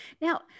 Now